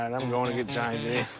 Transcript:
and i'm going to get john